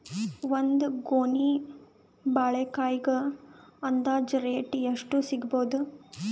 ಒಂದ್ ಗೊನಿ ಬಾಳೆಕಾಯಿಗ ಅಂದಾಜ ರೇಟ್ ಎಷ್ಟು ಸಿಗಬೋದ?